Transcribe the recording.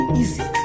easy